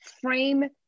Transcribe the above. frame